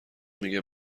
میگه